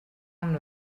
amb